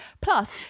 Plus